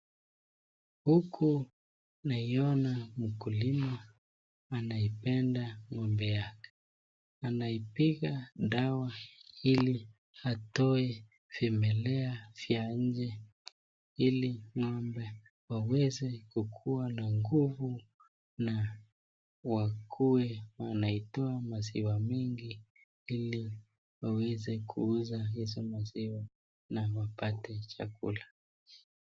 Huku naiyona mkulima anaipenda ngo'mbe yake, anaipika dawa hili atoe vimelea za njee hili ngo'mbe waweze kuwa na nguvu na wakue watoe maziwa mingi hili waweze kuuza hizi maziwa na wapate Chakula.